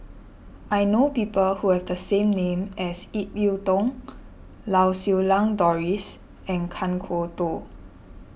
I know people who have the same name as Ip Yiu Tung Lau Siew Lang Doris and Kan Kwok Toh